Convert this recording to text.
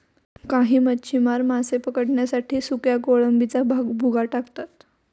काही मच्छीमार मासे पकडण्यासाठी सुक्या कोळंबीचा भुगा टाकतात